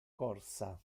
corsa